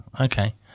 Okay